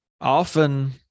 often